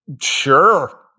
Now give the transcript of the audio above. Sure